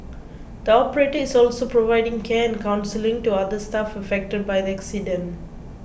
the operator is also providing care and counselling to other staff affected by the accident